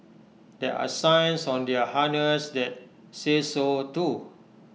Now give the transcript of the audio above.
there are signs on their harness that say so too